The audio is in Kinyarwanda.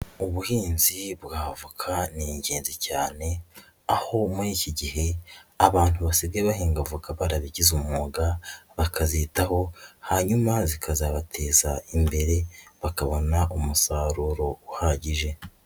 Ubuhinzi bwa avoka ni ingenzi cyane aho muri iki gihe abantu basigaye bahinga avoka barabigize umwuga bakazitaho, hanyuma zikazabateza imbere bakabona umusaruro uhagije.